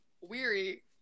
weary